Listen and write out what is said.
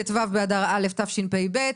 ט"ו באדר א' התשפ"ב.